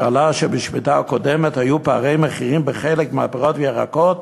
שבשמיטה הקודמת היו פערי המחירים בחלק מהפירות והירקות,